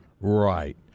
Right